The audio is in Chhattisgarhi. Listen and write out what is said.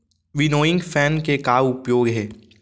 विनोइंग फैन के का उपयोग हे?